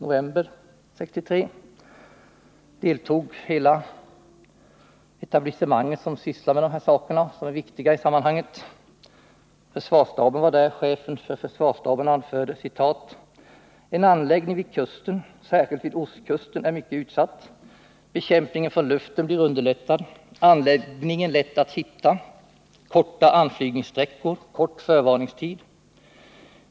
Hela det etablissemang som sysslar med de här sakerna och som är viktigt i sammanhanget deltog. Chefen för försvarsstaben anförde: ”En anläggning vid kusten — särskilt vid ostkusten — är mycket utsatt. Bekämpning från luften blir underlättad — anläggningen lätt att hitta, korta anflygningssträckor, kort förvarningstid.